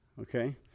Okay